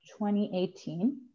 2018